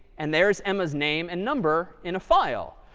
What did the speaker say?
and there's emma's name and number in a file.